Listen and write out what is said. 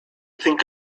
think